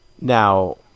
Now